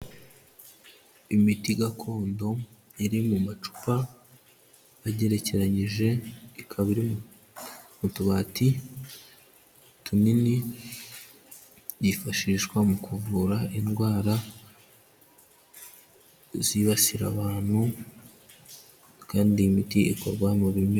Imiti gakondo iri mu macupa agerekeranyije, ikaba iri mu tubati tunini, yifashishwa mu kuvura indwara zibasira abantu kandi iyi miti ikorwa mu bimera.